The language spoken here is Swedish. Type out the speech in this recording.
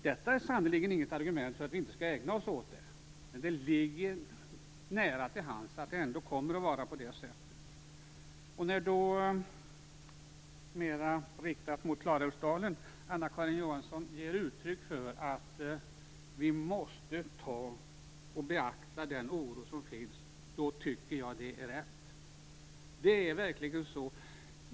Detta är sannerligen inget argument för att vi inte skall ägna oss åt det, men det ligger nära till hands att det ändå kommer att vara på det sättet. Kristin Johansson ger uttryck för att vi måste beakta den oro som finns tycker jag att det är rätt. Det är verkligen så.